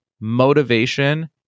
motivation